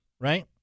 right